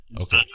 okay